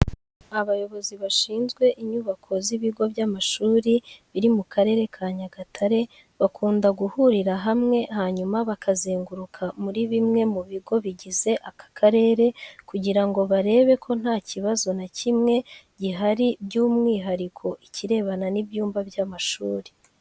Abayobozi bashinzwe inyubako z'ibigo by'amashuri biri mu karere ka Nyagatare, bakunda guhurira hamwe hanyuma bakazenguruka muri bimwe mu bigo bigize aka karere kugira ngo barebe ko nta kibazo nta kimwe gihari by'umwihariko ikirebana n'ibyumba by'amashuri.